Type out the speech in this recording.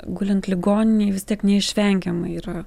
gulint ligoninėj vis tiek neišvengiamai yra